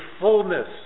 fullness